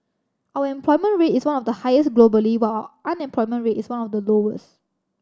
our employment rate is one of the highest globally while unemployment rate is one of the lowest